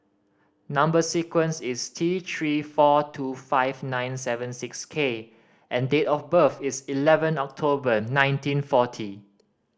number sequence is T Three four two five nine seven six K and date of birth is eleven October nineteen forty